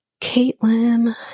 Caitlin